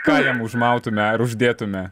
ką jam užmautume ar uždėtume